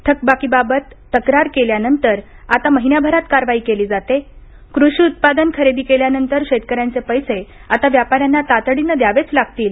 थकबाकीबाबत तक्रार केल्यानंतर आता महिन्याभरात कारवाई केली जाते कृषी उत्पादन खरेदी केल्यानंतर शेतकऱ्यांचे पैसे आता व्यापाऱ्यांना तातडीनं द्यावेच लागतील